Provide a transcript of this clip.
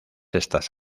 estas